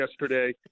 yesterday